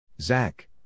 Zach